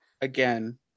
again